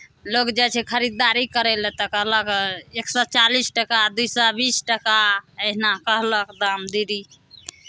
लोक जाइ छै खरीददारी करय लेल तऽ कहलक एक सए चालीस टाका दू सए बीस टाका अहिना कहलक दाम दीदी